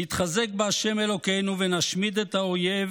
נתחזק בה' אלוקינו ונשמיד את האויב